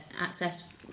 access